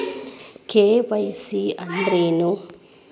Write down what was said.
KYC ಅಂದ್ರೇನು?